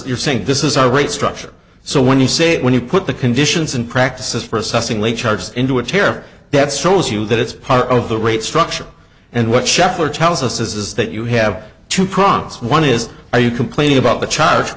you're saying this is our rate structure so when you say when you put the conditions and practices for assessing late charges into a chair that shows you that it's part of the rate structure and what schaeffer tells us is that you have two prongs one is are you complaining about the charge